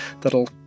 that'll